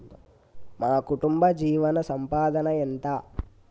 మా కుటుంబ జీవన సంపాదన ఎంత?